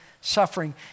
suffering